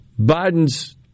Biden's